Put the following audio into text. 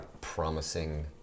promising